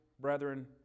brethren